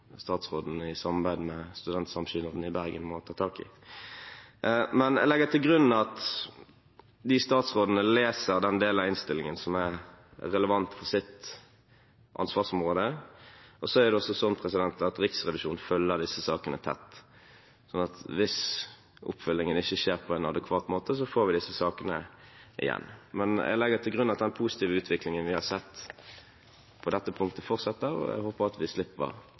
statsråden i samarbeid med Studentsamskipnaden i Bergen må ta tak i. Men jeg legger til grunn at de statsrådene leser den delen av innstillingen som er relevant for deres ansvarsområde. Det er også sånn at Riksrevisjonen følger disse sakene tett, så hvis oppfølgingen ikke skjer på en adekvat måte, får vi disse sakene igjen. Men jeg legger til grunn at den positive utviklingen vi har sett på dette punktet, fortsetter, og jeg håper at vi slipper